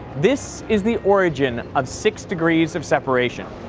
this is the origin of six degrees of separation.